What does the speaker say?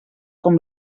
com